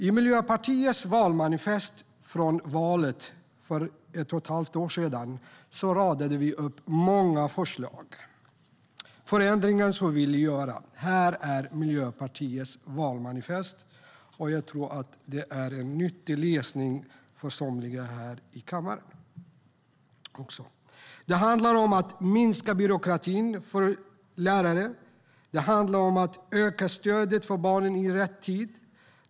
I Miljöpartiets valmanifest från valet för ett och ett halvt år sedan - som jag nu visar för kammarens ledamöter - radade vi upp många förslag på förändringar som vi ville göra. Det skulle vara nyttig läsning för somliga här. Det handlar om att minska byråkratin för lärare. Det handlar om att öka stödet för barnen i rätt tid.